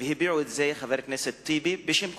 והביע את זה חבר הכנסת טיבי בשם כולנו,